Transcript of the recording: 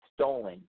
stolen